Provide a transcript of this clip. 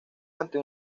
ante